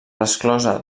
resclosa